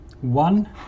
One